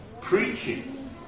Preaching